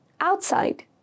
Outside